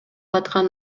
аткан